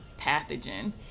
pathogen